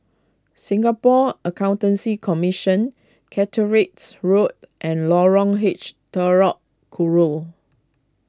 Singapore Accountancy Commission Catericks Road and Lorong H Telok Kurau